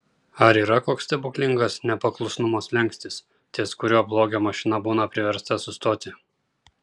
ar yra koks stebuklingas nepaklusnumo slenkstis ties kuriuo blogio mašina būna priversta sustoti